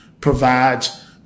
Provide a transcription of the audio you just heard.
provides